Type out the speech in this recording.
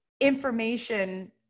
information